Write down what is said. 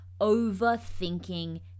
overthinking